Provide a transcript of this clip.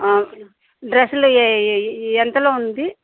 డ్రస్లు ఏ ఎంతలో ఉంది